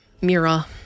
Mira